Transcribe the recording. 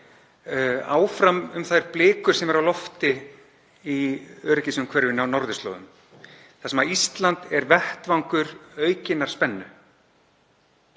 Áfram um þær blikur sem eru á lofti í öryggisumhverfi á norðurslóðum þar sem Ísland er vettvangur aukinnar spennu.